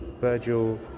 Virgil